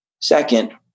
Second